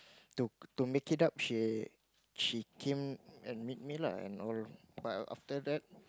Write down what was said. to to make it up she she came and meet me lah and all but after that